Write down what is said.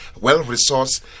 well-resourced